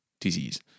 disease